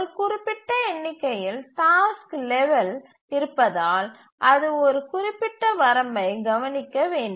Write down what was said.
ஒரு குறிப்பிட்ட எண்ணிக்கையில் டாஸ்க் லெவல் இருப்பதால் அது ஒரு குறிப்பிட்ட வரம்பைக் கவனிக்க வேண்டும்